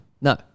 No